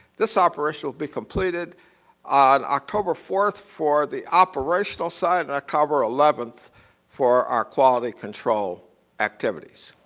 this operation will be completed on october fourth for the operational side october eleventh for our quality control activities.